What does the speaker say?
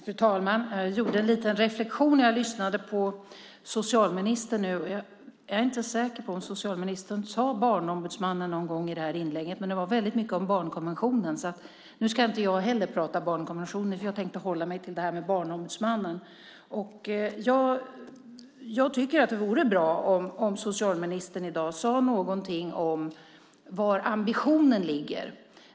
Fru talman! Jag gjorde en liten reflexion när jag lyssnade på socialministern. Jag är inte säker på om socialministern sade Barnombudsmannen någon gång i det här inlägget, men det var väldigt mycket om barnkonventionen. Jag ska inte prata om barnkonventionen, för jag tänkte hålla mig till det här med Barnombudsmannen. Jag tycker att det vore bra om socialministern i dag kunde säga någonting om var ambitionen ligger.